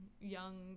young